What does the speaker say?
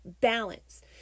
balance